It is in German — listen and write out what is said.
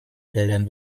feldern